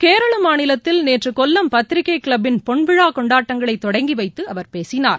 கேரள மாநிலத்தில் நேற்று கொல்லம் பத்திரிகை கிளப் பின் பொன்விழா கொண்டாட்டங்களை தொடங்கி வைத்து அவர் பேசினார்